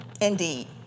Indeed